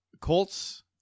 Colts